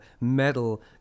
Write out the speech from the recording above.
metal